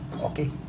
Okay